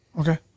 okay